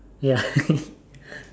ya